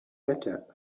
better